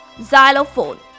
xylophone